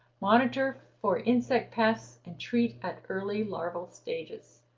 monitor for insect pests and treat at early larval stages.